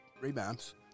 rebounds